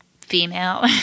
female